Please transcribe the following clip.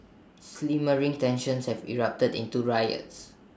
simmering tensions have erupted into riots